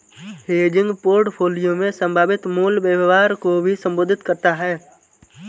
hedging portfolio में संभावित मूल्य व्यवहार को भी संबोधित करता हैं